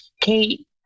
Kate